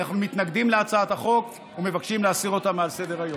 אנחנו מתנגדים להצעת החוק ומבקשים להסיר אותה מסדר-היום.